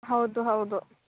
ಹೌದು ಹೌದು